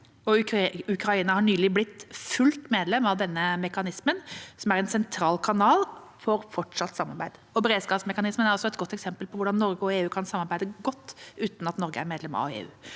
Ukraina har nylig blitt fullt medlem av denne mekanismen, som er en sentral kanal for fortsatt samarbeid. Beredskapsmekanismen er også et godt eksempel på hvordan Norge og EU kan samarbeide godt uten at Norge er medlem av EU.